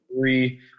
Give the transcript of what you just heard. three